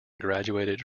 graduated